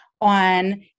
on